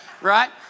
Right